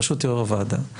ברשות יושב-ראש הוועדה,